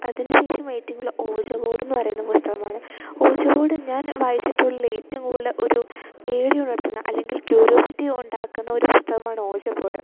അതിനു ശേഷം ഏറ്റവും കൂടുതൽ ഓജോ ബോഡെന്നു പറയുന്ന പുസ്തകമാണ് ഓജോ ബോഡ് ഞാൻ വായിച്ചിട്ടുള്ള ഏറ്റവും കൂടുതൽ ഒരു പേടി ഉണർത്തുന്ന അല്ലെങ്കിൽ ക്യൂരിയോസിറ്റി ഉണ്ടാക്കുന്ന ഒരു പുസ്തമാണ് ഓജോ ബോഡ്